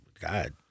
God